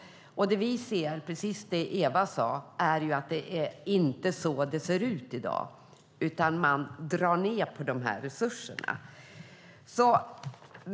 Det vi ser är precis det som Eva Olofsson sade - så ser det inte ut i dag, utan man drar ned på resurserna.